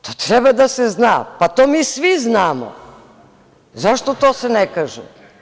To treba da se zna, pa to mi svi znamo, zašto se to ne kaže.